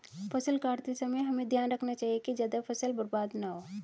फसल काटते समय हमें ध्यान रखना चाहिए कि ज्यादा फसल बर्बाद न हो